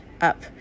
up